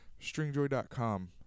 stringjoy.com